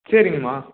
சரிங்கம்மா